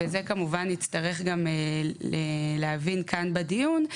וכמובן נצטרך להבין כאן בדיון,